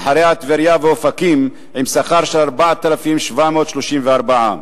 ואחריה טבריה ואופקים עם שכר של 4,734 שקלים.